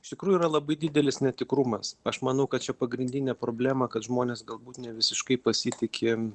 iš tikrųjų yra labai didelis netikrumas aš manau kad čia pagrindinė problema kad žmonės galbūt nevisiškai pasitiki